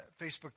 Facebook